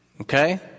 Okay